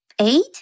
Eight